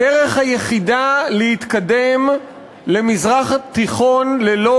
הדרך היחידה להתקדם למזרח תיכון ללא